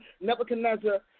Nebuchadnezzar